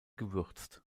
gewürzt